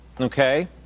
okay